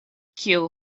kiu